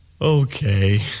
Okay